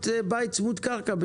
לפצל את עלות הבית לשכירות לאורך שנים,